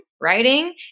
writing